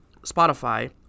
Spotify